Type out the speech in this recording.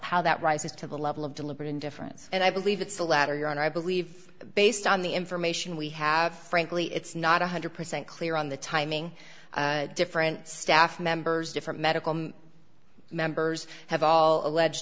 how that rises to the level of deliberate indifference and i believe it's the latter you're on i believe based on the information we have frankly it's not one hundred percent clear on the timing different staff members different medical members have all alleged